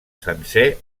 sencer